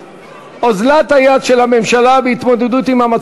רע"ם, בל"ד ותע"ל: אוזלת ידה של המשטרה בטיפול